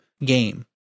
game